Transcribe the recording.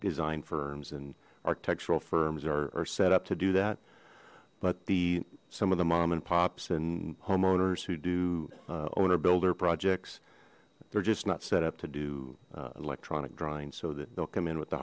design firms and architectural firms are set up to do that but the some of the mom and pops and homeowners who do owner builder projects they're just not set up to do electronic drawings so that they'll come in with the